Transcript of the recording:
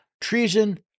treason